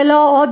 ולא עוד